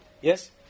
Yes